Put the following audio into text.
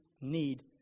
need